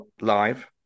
live